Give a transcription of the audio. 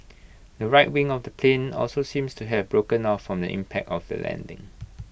the right wing of the plane also seems to have broken off from the impact of the landing